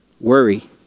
Worry